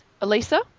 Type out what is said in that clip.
Elisa